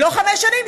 לא חמש שנים,